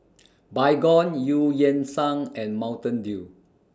Baygon EU Yan Sang and Mountain Dew